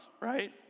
Right